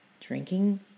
drinking